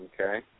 Okay